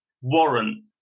Warrant